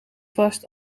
vast